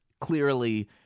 clearly